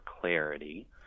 clarity